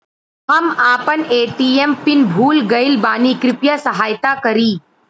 हम आपन ATM PIN भूल गईल बानी कृपया सहायता करी